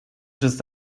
just